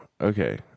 okay